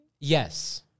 Yes